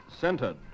Centered